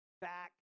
back